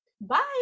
bye